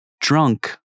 Drunk